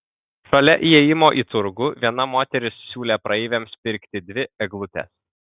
šalia įėjimo į turgų viena moteris siūlė praeiviams pirkti dvi eglutes